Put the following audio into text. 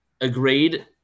Agreed